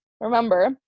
remember